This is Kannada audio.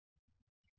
2